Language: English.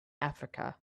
africa